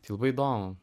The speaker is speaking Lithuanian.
tai labai įdomu